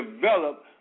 develop